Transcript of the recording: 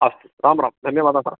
अस्तु राम् राम् धन्यवादाः